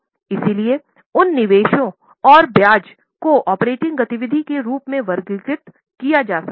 इसीलिए उन निवेशों और ब्याज को ऑपरेटिंग गतिविधियों के रूप में वर्गीकृत किया जा सकता है